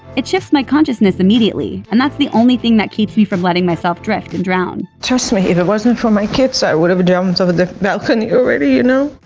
it shifts my consciousness immediately and that's the only thing that keeps me from letting myself drift and drown. trust me, if it wasn't for my kids i would have jumped over the balcony already, you know.